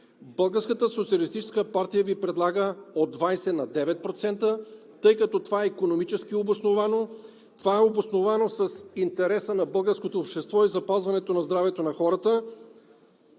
Българската социалистическа партия Ви предлага от 20 на 9%, тъй като това е икономически обосновано, това е обосновано с интереса на българското общество и запазването на здравето на хората.